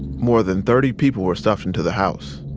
more than thirty people were stuffed into the house.